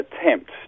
attempt